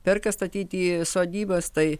perka statyti sodybas tai